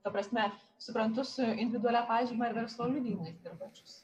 ta prasme suprantu su individualia pažyma ir verslo liudijimais dirbančius